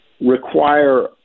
require